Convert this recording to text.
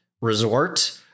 resort